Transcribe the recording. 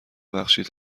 ببخشید